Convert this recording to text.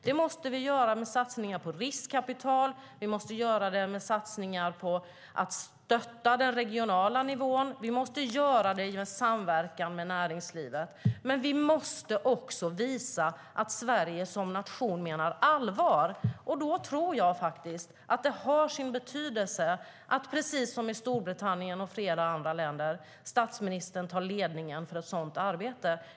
Det måste vi göra med satsningar på riskkapital. Vi måste göra det med satsningar på att stötta den regionala nivån. Vi måste göra det i samverkan med näringslivet. Men vi måste också visa att Sverige som nation menar allvar. Då tror jag att det har sin betydelse att statsministern tar ledningen för ett sådant arbete, precis som man gör i Storbritannien och flera andra länder.